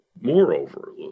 moreover